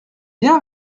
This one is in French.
viens